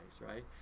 right